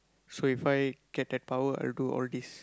so if I get that power I will do all this